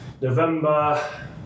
November